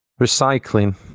Recycling